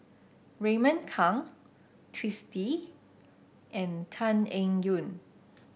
Raymond Kang Twisstii and Tan Eng Yoon